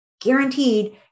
guaranteed